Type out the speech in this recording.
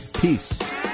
peace